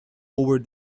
over